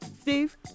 Steve